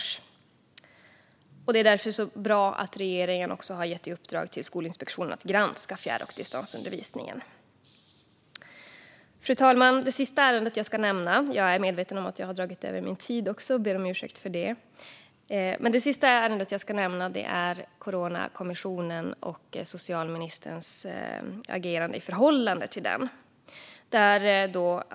Det är därför bra att regeringen har gett i uppdrag till Skolinspektionen att granska fjärr och distansundervisningen. Fru talman! Det sista ärende jag ska nämna - och jag är medveten om att jag har dragit över min talartid och ber om ursäkt för det - är Coronakommissionen och socialministerns agerande i förhållande till den.